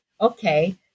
okay